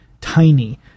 tiny